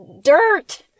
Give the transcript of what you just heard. dirt